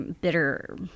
bitter